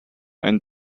ein